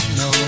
no